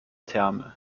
terme